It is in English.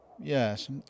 Yes